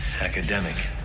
Academic